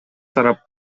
тарап